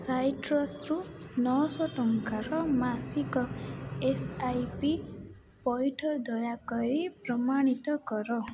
ସାଇଟ୍ରସ୍ରୁ ନଅଶହ ଟଙ୍କାର ମାସିକ ଏସ୍ ଆଇ ପି ପଇଠ ଦୟାକରି ପ୍ରମାଣିତ କର